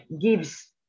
gives